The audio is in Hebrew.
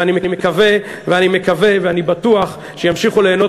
ואני מקווה ואני בטוח שימשיכו ליהנות